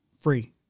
free